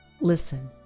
listen